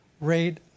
rate